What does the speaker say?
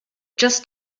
just